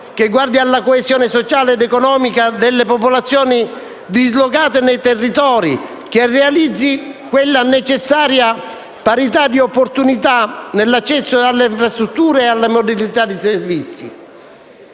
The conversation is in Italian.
variegato, alla coesione sociale ed economica delle popolazioni dislocate nei territori e che realizzi quella necessaria parità di opportunità nell'accesso alle infrastrutture e alla mobilità dei servizi.